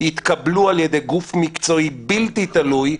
יתקבלו על ידי גוף מקצועי בלתי תלוי,